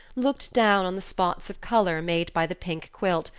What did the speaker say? looked down on the spots of colour made by the pink quilt,